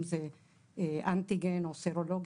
אם זה אנטיגן או סרולוגיה,